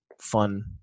fun